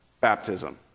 baptism